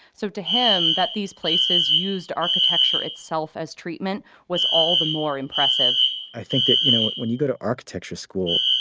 so to him, that these places used architecture itself as treatment was all the more impressive i think that you know when you go to architecture school,